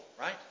right